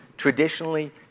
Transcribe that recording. Traditionally